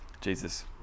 Jesus